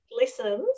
listens